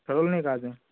ठरवलं नाही का अजून